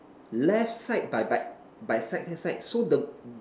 left side by by by side hand side so the